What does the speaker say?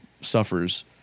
suffers